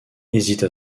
hésite